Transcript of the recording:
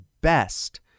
best